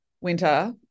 winter